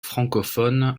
francophones